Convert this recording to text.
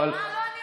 ביקשת, לא, אני